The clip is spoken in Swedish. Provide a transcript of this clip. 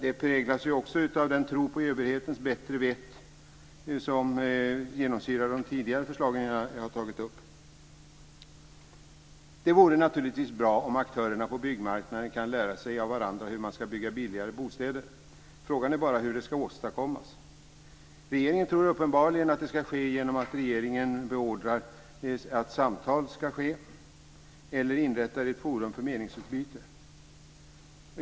Det präglas också av den tro på överhetens bättre vett som genomsyrar de tidigare förslag jag har tagit upp. Det vore naturligtvis bra om aktörerna på byggmarknaden kan lära sig av varandra hur man ska bygga billigare bostäder. Frågan är bara hur det ska åstadkommas. Regeringen tror uppenbarligen att det ska ske genom att regeringen beordrar samtal eller inrättar ett forum för meningsutbyte.